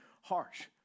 harsh